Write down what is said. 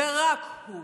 ורק הוא.